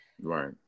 Right